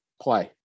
play